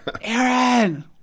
Aaron